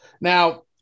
Now